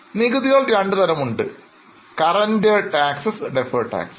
അതിനാൽ നികുതി രണ്ടുതരമുണ്ട് Current taxes Deferred taxes